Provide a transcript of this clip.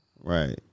Right